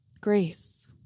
Grace